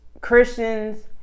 Christians